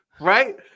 Right